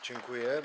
Dziękuję.